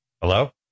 Hello